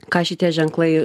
ką šitie ženklai